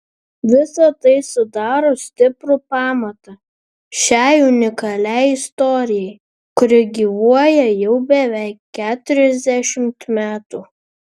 visa tai sudaro stiprų pamatą šiai unikaliai istorijai kuri gyvuoja jau beveik keturiasdešimt metų